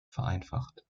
vereinfacht